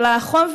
ולחום,